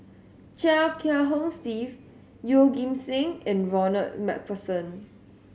Chia Kiah Hong Steve Yeoh Ghim Seng and Ronald Macpherson